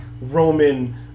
Roman